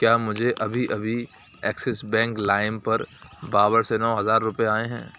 کیا مجھے ابھی ابھی ایکسس بینک لائم پر بابر سے نو ہزار روپے آئے ہیں